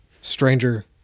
stranger